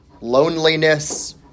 loneliness